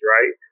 Right